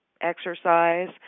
exercise